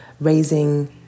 raising